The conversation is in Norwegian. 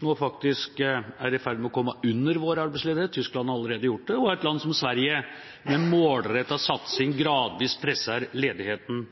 nå faktisk er i ferd med å komme under vår arbeidsledighet. Tyskland har allerede gjort det, og et land som Sverige gjør det, med målrettet satsing som gradvis presser ledigheten